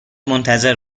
منتظر